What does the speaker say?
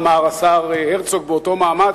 אמר השר הרצוג באותו מעמד,